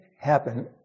happen